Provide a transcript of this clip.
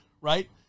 Right